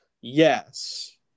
Yes